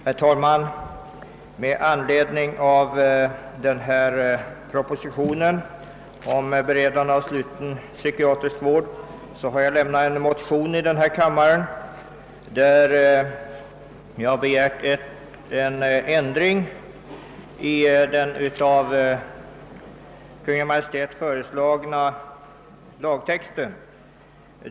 Herr talman! Med anledning av propositionen om beredande av sluten psykiatrisk vård har jag väckt. en motion i denna kammare, där jag har begärt en ändring i den av Kungl. Maj:t föreslagna lagtexten.